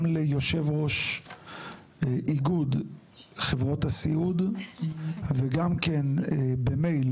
ליושב ראש איגוד חברות הסיעוד וגם כן במייל,